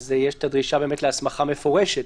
יש דרישה להסמכה מפורשת.